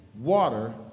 water